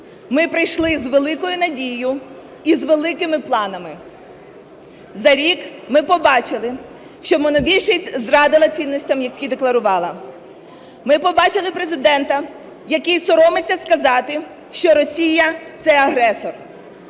Ми прийшли з великою надією і з великими планами. За рік ми побачили, що монобільшість зрадила цінностям, які декларувала. Ми побачили Президента, який соромиться сказати, що Росія – це агресор.